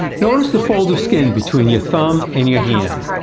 notice the fold of skin between your thumb and your hand.